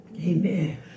Amen